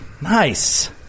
Nice